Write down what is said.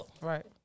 right